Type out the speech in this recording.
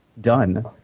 Done